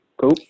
cool